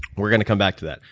we're going to come back to that.